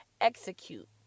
execute